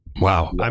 Wow